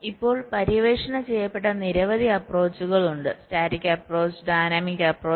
ഇപ്പോൾ പര്യവേക്ഷണം ചെയ്യപ്പെട്ട നിരവധി അപ്പ്രോച്ച്കളുണ്ട് സ്റ്റാറ്റിക് അപ്പ്രോച്ച് ഡൈനാമിക് അപ്പ്രോച്ച്